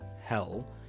Hell